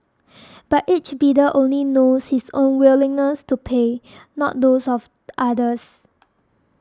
but each bidder only knows his own willingness to pay not those of others